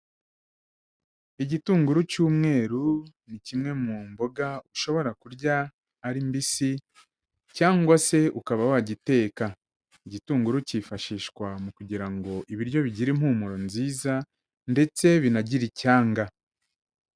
Igitunguru cy'umweru ni kimwe mu mboga ushobora kurya ari mbisi cyangwase ukaba wagiteka, igitunguru kifashishwa mu kugira ngo ibiryo bigire impumuro nziza, ndetse binagire icyanga.